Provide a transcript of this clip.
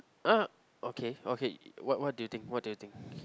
uh okay okay what what do you think what do you think